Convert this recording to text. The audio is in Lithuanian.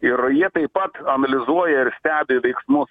ir jie taip pat analizuoja ir stebi veiksmus